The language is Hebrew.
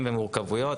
פערים ומורכבויות.